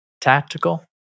Tactical